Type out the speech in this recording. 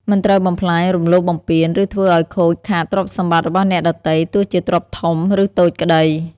មិនត្រូវបំផ្លាញ រំលោភបំពាន ឬធ្វើឲ្យខូចខាតទ្រព្យសម្បត្តិរបស់អ្នកដទៃ ទោះជាទ្រព្យធំ ឬតូចក្តី។